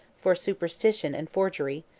for superstition and forgery,